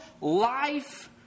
life